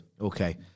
Okay